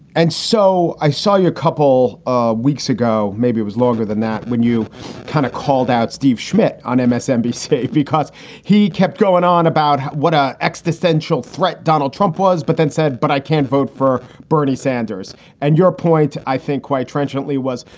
and so i saw you a couple ah weeks ago. maybe it was longer than that when you kind of called out steve schmidt on msnbc because he kept going on about what an ah existential threat donald trump was, but then said, but i can't vote for bernie sanders and your point, i think quite trenchantly was,